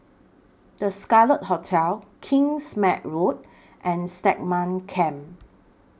The Scarlet Hotel Kingsmead Road and Stagmont Camp